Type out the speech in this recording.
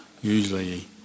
Usually